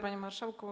Panie Marszałku!